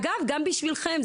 אגב, גם בשבילכם.